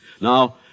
Now